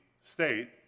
state